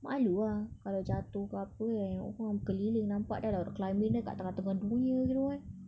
malu ah kalau jatuh ke apa eh orang keliling nampak dah lah rock climbing dia dekat tengah-tengah dunia gitu eh